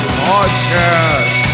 podcast